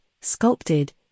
sculpted